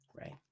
right